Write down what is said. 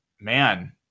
man